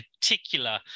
particular